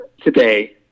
today